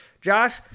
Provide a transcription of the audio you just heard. Josh